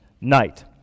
night